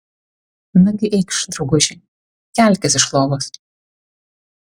nagi eikš drauguži kelkis iš lovos